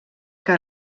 que